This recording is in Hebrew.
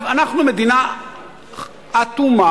אנחנו מדינה אטומה.